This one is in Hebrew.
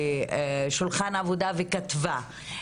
התיישבה בשולחן עבודה וכתבה,